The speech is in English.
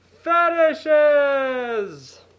fetishes